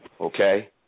Okay